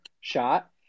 shot